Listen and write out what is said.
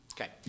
Okay